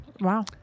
Wow